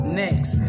next